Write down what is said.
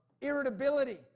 irritability